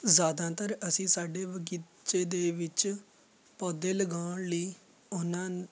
ਜ਼ਿਆਦਾਤਰ ਅਸੀਂ ਸਾਡੇ ਬਗੀਚੇ ਦੇ ਵਿੱਚ ਪੌਦੇ ਲਗਾਉਣ ਲਈ ਉਹਨਾਂ